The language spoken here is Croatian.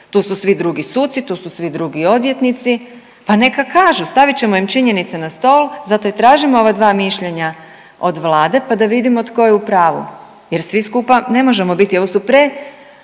tu su svi drugi suci, tu su svi drugi odvjetnici pa neka kažu, stavit ćemo im činjenice na stol zato i tražim ova dva mišljenja od Vlade pa da vidimo tko je u pravu jer svi skupa ne možemo biti. Ovo su pre